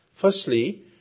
Firstly